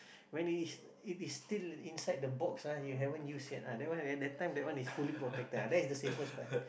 when it is it is still inside the box ah you haven't use yet ah that one at that time that one is fully protected ah that is the safest